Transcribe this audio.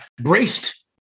braced